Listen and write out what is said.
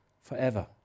forever